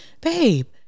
Babe